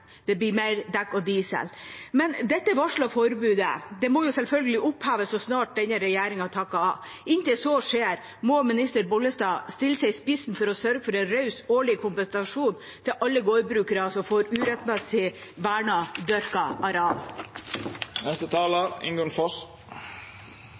Det blir mer «dekk og diesel». Dette varslede forbudet må selvfølgelig oppheves så snart denne regjeringa takker av. Inntil så skjer, må minister Bollestad stille seg i spissen for å sørge for en raus årlig kompensasjon til alle gårdbrukere som får urettmessig